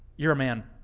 you're a man.